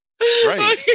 Right